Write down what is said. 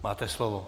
Máte slovo.